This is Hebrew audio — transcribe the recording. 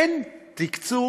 אין תקצוב,